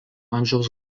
amžiaus